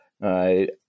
right